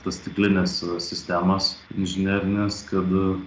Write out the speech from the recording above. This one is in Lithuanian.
tas stiklines sistemas inžinerines kad